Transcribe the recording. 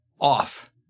off